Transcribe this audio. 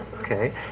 okay